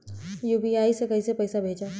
UPI से कईसे पैसा भेजब?